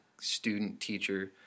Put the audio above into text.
student-teacher